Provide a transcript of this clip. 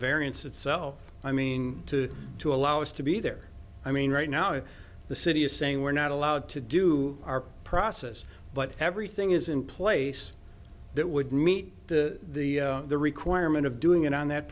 variance itself i mean to to allow us to be there i mean right now if the city is saying we're not allowed to do our process but everything is in place that would meet the requirement of doing it on that